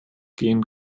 gehen